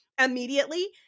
immediately